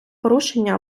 порушення